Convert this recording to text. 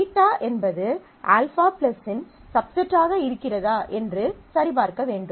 β என்பது α இன் சப்செட் ஆக இருக்கிறதா என்று சரிபார்க்க வேண்டும்